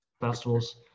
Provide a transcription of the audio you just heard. festivals